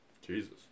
Jesus